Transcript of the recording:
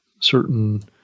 certain